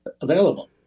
available